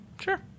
Sure